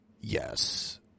yes